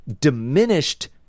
diminished